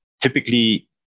Typically